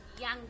young